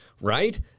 right